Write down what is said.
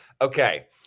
Okay